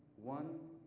one,